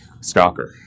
Stalker